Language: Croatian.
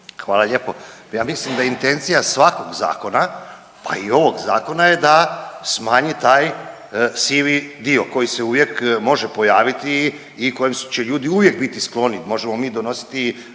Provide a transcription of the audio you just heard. Hvala lijepo. Ja mislim da je intencija svakog zakona pa i ovog zakona je da smanji taj sivi dio koji se uvijek može pojaviti i kojem će ljudi uvijek biti skloni. Možemo mi donositi